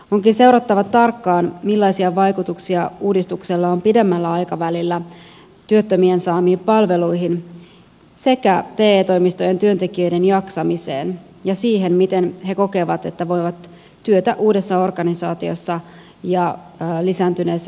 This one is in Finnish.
onkin seurattava tarkkaan millaisia vaikutuksia uudistuksella on pidemmällä aikavälillä työttömien saamiin palveluihin sekä te toimistojen työntekijöiden jaksamiseen ja siihen miten he kokevat että voivat työtä uudessa organisaatiossa ja lisääntyneessä työtilanteessa tehdä